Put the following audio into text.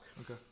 Okay